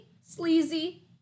sleazy